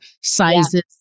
sizes